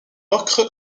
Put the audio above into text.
ocre